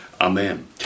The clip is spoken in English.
Amen